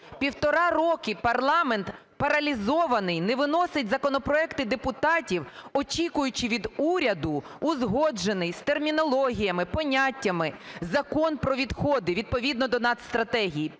Півтора роки парламент паралізований, не виносить законопроекти депутатів, очікуючи від уряду узгоджений, з термінологіями, поняттями Закон "Про відходи" відповідно до нацстратегії.